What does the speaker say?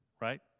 right